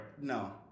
No